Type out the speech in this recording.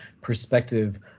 perspective